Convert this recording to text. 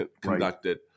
conducted